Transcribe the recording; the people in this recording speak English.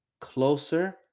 closer